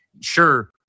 sure